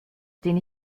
den